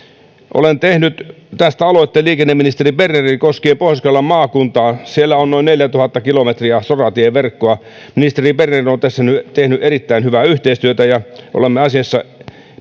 olen tehnyt tästä aloitteen liikenneministeri bernerille koskien pohjois karjalan maakuntaa siellä on noin neljätuhatta kilometriä soratieverkkoa ministeri berner on tässä tehnyt erittäin hyvää yhteistyötä ja olemme asiassa